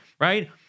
right